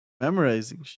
memorizing